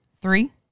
Three